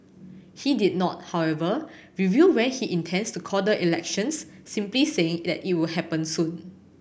he did not however reveal when he intends to call the elections simply saying that it will happen soon